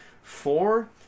Four